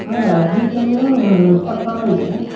ಹಾಂ ಅಡ್ಮಿಶನ ಇಪ್ಪತ್ತು ಸಾವಿರ ಇದೆ